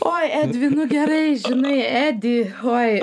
oi edvinuk gerai žinai edi oi